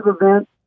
event